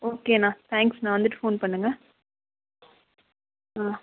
ஓகேண்ணா தேங்க்ஸ்ண்ணா வந்துவிட்டு ஃபோன் பண்ணுங்கள் ஆ